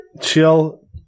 Chill